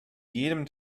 jedem